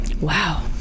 Wow